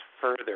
further